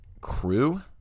crew